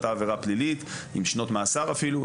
אתה עבירה פלילית עם שנות מאסר אפילו,